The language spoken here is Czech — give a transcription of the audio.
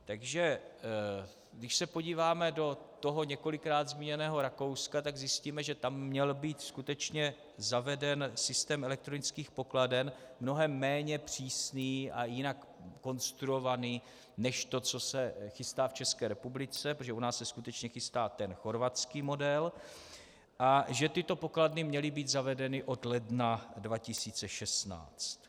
Takže když se podíváme do několikrát zmíněného Rakouska, tak zjistíme, že tam měl být skutečně zaveden systém elektronických pokladen mnohem méně přísný a jinak konstruovaný než to, co se chystá v České republice protože u nás se skutečně chystá ten chorvatský model a že tyto pokladny měly být zavedeny od ledna 2016.